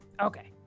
Okay